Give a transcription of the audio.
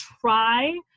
try